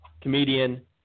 comedian